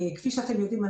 כפי שאתם יודעים,